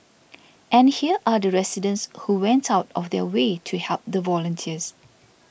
and here are the residents who went out of their way to help the volunteers